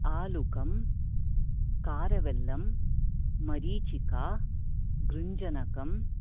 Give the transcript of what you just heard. आलुकं कारवेल्लं मरीचिका गृञ्जनकम्